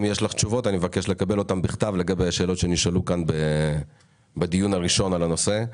אם יש לך תשובות על השאלות שנשאלו כאן בדיון הראשון על הנושא,